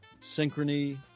Synchrony